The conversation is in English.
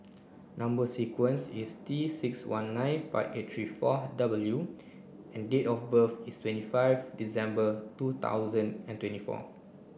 number sequence is T six one nine five eight three four W and date of birth is twenty five December two thousand and twenty four